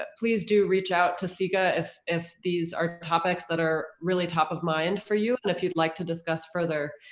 but please do reach out to so cega if if these are topics that are really top of mind for you, and if you'd like to discuss further,